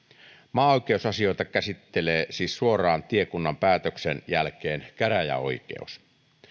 maaoikeusasioita käsittelee siis suoraan tiekunnan päätöksen jälkeen käräjäoikeus